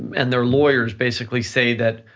and their lawyers basically, say that,